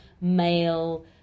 male